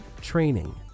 training